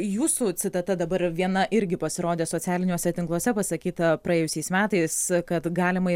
jūsų citata dabar viena irgi pasirodė socialiniuose tinkluose pasakyta praėjusiais metais kad galima